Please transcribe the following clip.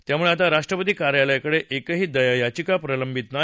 त्यामुळे आता राष्ट्रपती कार्यालयाकडे एकही दया याचिका प्रलंबित नाही